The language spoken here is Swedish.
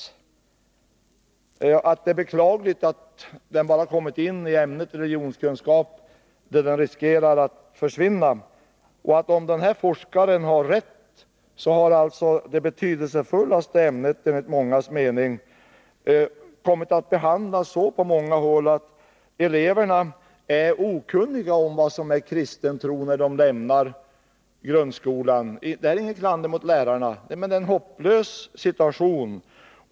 Vi sade att det är beklagligt att kristendomen bara kommit in i ämnet religionskunskap, där den riskerar att försvinna. Om denne forskare har rätt, har alltså det enligt mångas mening betydelsefullaste ämnet på många håll kommit att behandlas så, att eleverna är okunniga om vad som är kristen tro när de lämnar grundskolan. Det är inget klander mot lärarna, men det är en hopplös situation.